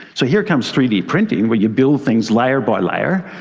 so here comes three d printing, where you build things layer by layer.